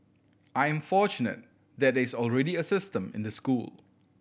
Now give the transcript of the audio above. I am fortunate there is already a system in the school